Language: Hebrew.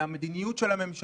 אלא המדיניות של הממשלה,